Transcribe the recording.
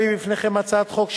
אנחנו עוברים להצעת החוק הבאה,